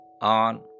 on